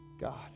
God